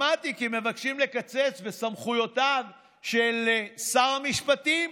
שמעתי כי מבקשים לקצץ בסמכויותיו של שר המשפטים.